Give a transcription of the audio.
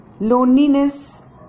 loneliness